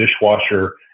dishwasher